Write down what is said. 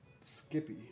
skippy